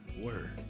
word